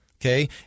Okay